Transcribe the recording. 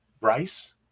Bryce